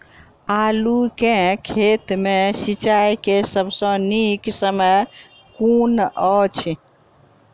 आलु केँ खेत मे सिंचाई केँ सबसँ नीक समय कुन अछि?